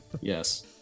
yes